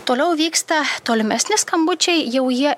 toliau vyksta tolimesni skambučiai jau jie